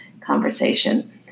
conversation